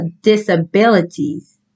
disabilities